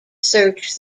search